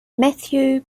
matthew